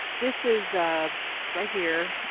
this is it's right here.